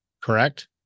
Correct